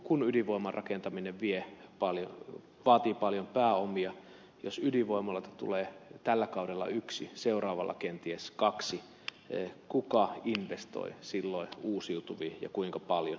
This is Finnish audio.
kun ydinvoiman rakentaminen vaatii paljon pääomia jos ydinvoimaloita tulee tällä kaudella yksi seuraavalla kenties kaksi kuka investoi silloin uusiutuviin ja kuinka paljon